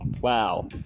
wow